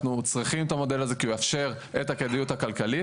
אנחנו צריכים את המודל הזה כי הוא יאפשר את הכדאיות הכלכלית,